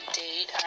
date